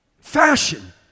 Fashion